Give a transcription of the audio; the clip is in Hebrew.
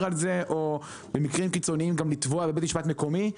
על זה או במקרים קיצוניים גם לתבוע בית משפט מקומי.